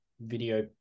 video